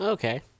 Okay